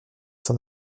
s’en